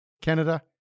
Canada